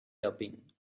dubbing